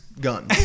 gun